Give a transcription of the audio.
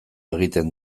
egiten